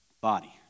body